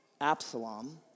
Absalom